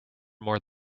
more